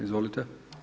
Izvolite.